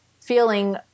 feeling